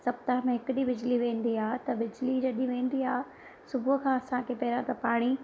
सप्ताह में हिकु ॾींहुं बिजली वेंदी आहे त बिजली जॾहिं वेंदी आहे सुबूह खां असांखे पहिरियों त पाणी